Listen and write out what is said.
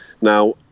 Now